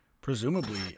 presumably